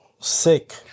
sick